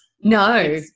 no